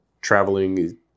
traveling